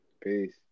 Peace